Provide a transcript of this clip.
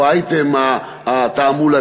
או האייטם התעמולתי,